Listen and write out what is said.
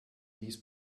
dies